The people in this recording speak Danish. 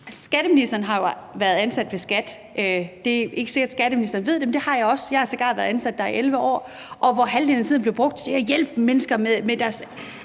skatteministeren har jo været ansat ved skattevæsenet, og det er ikke sikkert, at skatteministeren ved det, men det har jeg også. Jeg var sågar ansat der i 11 år, og halvdelen af tiden blev brugt på at hjælpe mennesker med deres